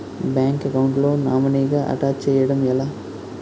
Bank account లో నామినీగా attach చేయడం ఎలా?